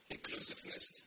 Inclusiveness